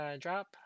Drop